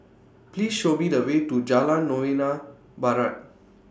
Please Show Me The Way to Jalan Novena Barat